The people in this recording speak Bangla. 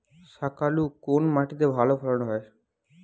শাকালু কোন মাটিতে ভালো ফলন হয়?